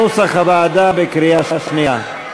הוועדה, ללא הסתייגויות, בקריאה שנייה.